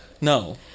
No